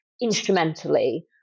instrumentally